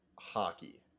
hockey